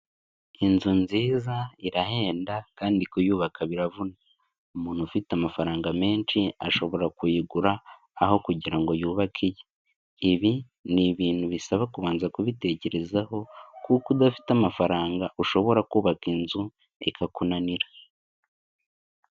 Inzu nziza irahenda kandi kuyubaka biravuna. Umuntu ufite amafaranga menshi, ashobora kuyigura, aho kugira ngo yubake iye. Ibi ni ibintu bisaba kubanza kubitekerezaho kuko udafite amafaranga, ushobora kubaka inzu, ikakunanira.